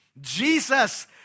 Jesus